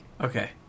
Okay